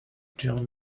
john